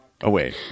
away